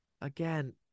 again